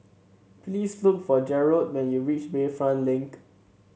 please look for Gerold when you reach Bayfront Link